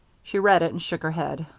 she read it and shook her head.